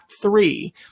three